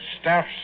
Staff